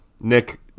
nick